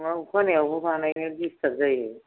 नङा अखा हानायावबो बानायनो डिस्टार्ब जायो